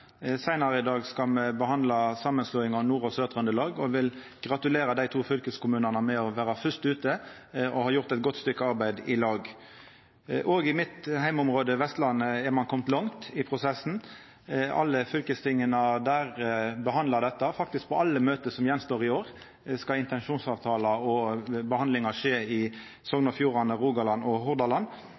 Seinare i dag skal me behandla samanslåing av Nord- og Sør-Trøndelag, og eg vil gratulera dei to fylkeskommunane med å vera fyrst ute og ha gjort eit godt stykke arbeid i lag. Òg i heimområdet mitt Vestlandet er ein komne langt i prosessen. Alle fylkestinga der behandlar dette. På alle møte som står att i år, skal intensjonsavtalar og behandlingar skje i Sogn og Fjordane, Rogaland og Hordaland.